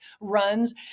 runs